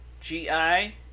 G-I